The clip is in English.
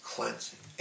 Cleansing